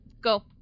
go